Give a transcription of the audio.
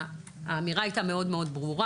האמירה הייתה מאוד ברורה.